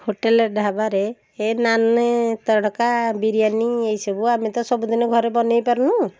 hotel ଢାବାରେ ଏ ନାନ ତଡ଼କା ବିରିୟାନି ଏହି ସବୁ ଆମେ ତ ସବୁ ଦିନ ଘରେ ବନେଇ ପାରୁନୁ